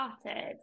started